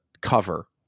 cover